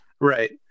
Right